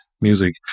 music